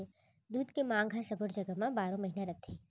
दूद के मांग हर सब्बो जघा म बारो महिना रथे